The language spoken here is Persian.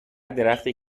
درختی